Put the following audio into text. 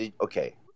Okay